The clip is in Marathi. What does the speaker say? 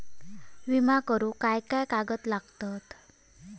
विमा करुक काय काय कागद लागतत?